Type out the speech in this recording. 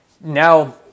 Now